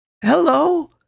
hello